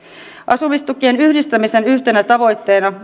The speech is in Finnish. asumistukien yhdistämisen yhtenä tavoitteena